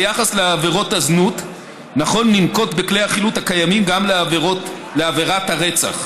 ביחס לעבירות הזנות נכון לנקוט את כלי החילוט הקיימים גם לעבירת הרצח.